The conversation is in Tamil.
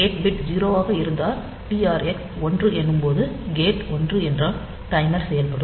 கேட் பிட் 0 ஆக இருந்தால் டிஆர் எக்ஸ் ஒன்று எனும்போதெல்லாம் கேட் ஒன்று என்றால் டைமர் செயல்படும்